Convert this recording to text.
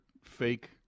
fake